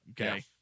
Okay